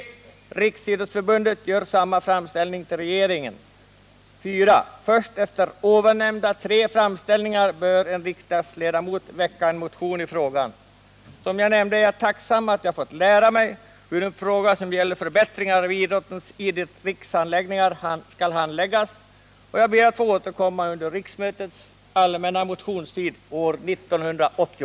Riksidrottsförbundet bör göra samma framställning till regeringen. 4. Först efter nämnda tre framställningar bör en riksdagsledamot väcka en motion i frågan. I Som jag nämnde har jag fått lära mig hur en fråga som gäller förbättringar av idrottens riksanläggningar skall handläggas. Jag är tacksam för detta och ber att få återkomma under riksmötets allmänna motionstid år 1980.